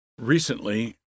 Recently